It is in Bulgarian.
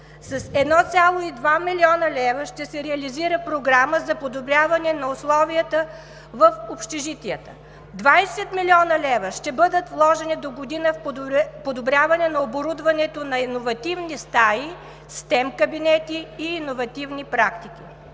С 1,2 млн. лв. ще се реализира програма за подобряване на условията в общежитията; 20 млн. лв. ще бъдат вложени догодина в подобряване на оборудването на иновативни стаи, STEM кабинети и иновативни практики.